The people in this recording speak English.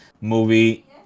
movie